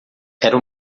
era